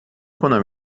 کنم